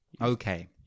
Okay